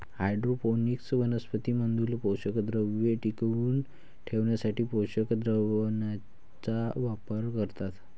hydroponics वनस्पतीं मधील पोषकद्रव्ये टिकवून ठेवण्यासाठी पोषक द्रावणाचा वापर करतात